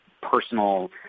personal